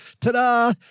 Ta-da